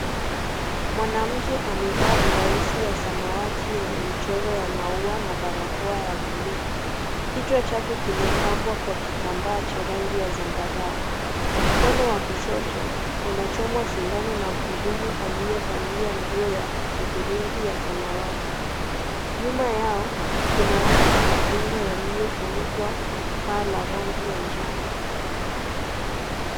Mwanamke amevaa blausi ya samawati yenye michoro ya maua na barakoa ya bluu. Kichwa chake kimepambwa kwa kitambaa cha rangi ya zambarau. Mkono wa kushoto unachomwa sindano na mhudumu aliyevalia nguo ya udhurungi ya samawati. Nyuma yao kuna watu na majengo yaliyofunikwa paa la rangi ya njano.